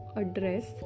address